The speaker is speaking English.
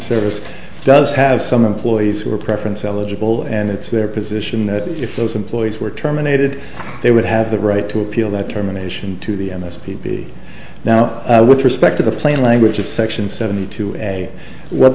service does have some employees who are preference eligible and it's their position that if those employees were terminated they would have the right to appeal that terminations to the p p now with respect to the plain language of section seventy two a what